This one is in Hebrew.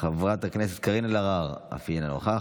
חבר הכנסת אלעזר שטרן, אינו נוכח,